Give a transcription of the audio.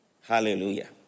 Hallelujah